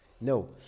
No